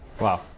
Wow